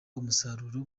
umusaruro